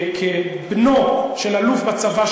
כבנו של אלוף בצבא,